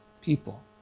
People